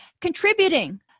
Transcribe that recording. Contributing